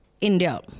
India